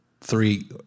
three